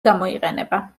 გამოიყენება